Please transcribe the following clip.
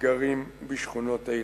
גרים בשכונות אלה.